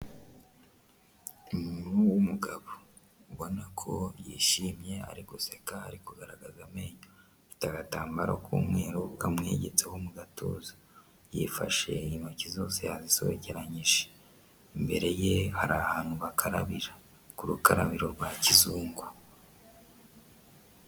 Umuntu w'umugabo ubona ko yishimye ari guseka ari kugaragaza amenyo afite agatambaro k'umweru kamwegetseho mu gatuza, yifashe intoki zose yazisobekeranyije, imbere ye hari ahantu bakarabirira ku rukarabiro rwa kizungu.